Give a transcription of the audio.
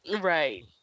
Right